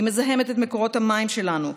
היא מזהמת את מקורות המים שלנו,